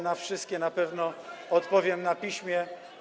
Na wszystkie na pewno odpowiem na piśmie.